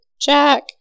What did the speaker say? Jack